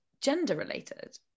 gender-related